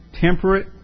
temperate